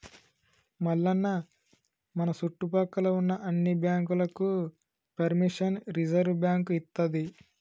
మల్లన్న మన సుట్టుపక్కల ఉన్న అన్ని బాంకులకు పెర్మిషన్ రిజర్వ్ బాంకు ఇత్తది